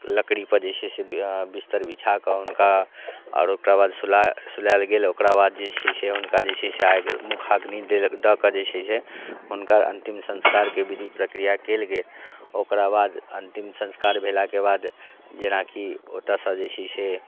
लकड़ीपर जे छै से बिस्तर बिछा कऽ हुनका आ ओकराबाद सुला सुलाएल गेल ओकराबाद हुनका जे छै से हुनका जे छै से आगि मुखाग्नि देलक दऽ कऽ जे छै हुनकर अन्तिम संस्कारके विधि प्रक्रिया कयल गेल ओकराबाद अन्तिम संस्कार भेलाके बाद जेना कि ओतयसँ जे छै से